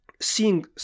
seeing